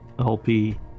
LP